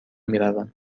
میروم